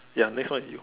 ya next one you